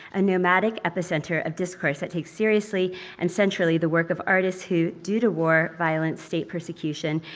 a nomadic epicenter of discourse that takes seriously and centrally the work of artists who, due to war, violence, state persecution,